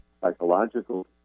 psychological